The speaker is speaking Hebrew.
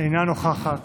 אינה נוכחת,